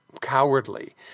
cowardly